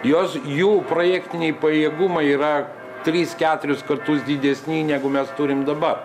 jos jų projektiniai pajėgumai yra tris keturis kartus didesni negu mes turim dabar